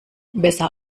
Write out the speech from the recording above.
besser